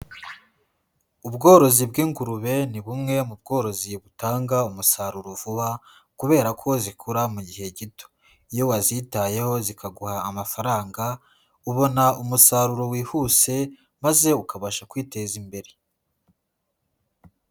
Ubworozi bw'ingurube, ni bumwe mu bworozi butanga umusaruro vuba, kubera ko zikura mu gihe gito. Iyo wazitayeho zikaguha amafaranga, ubona umusaruro wihuse, maze ukabasha kwiteza imbere.